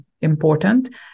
important